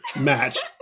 match